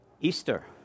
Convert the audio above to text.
Easter